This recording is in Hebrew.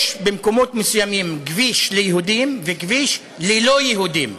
יש במקומות מסוימים כביש ליהודים וכביש ללא יהודים.